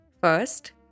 First